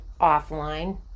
offline